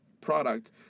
product